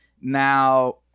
now